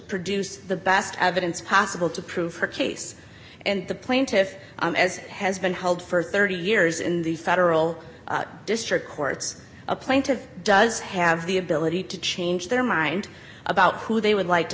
produce the best evidence possible to prove her case and the plaintiff as has been held for thirty years in the federal district courts a plaintiff does have the ability to change their mind about who they would like to